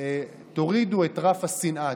תורידו את רף השנאה,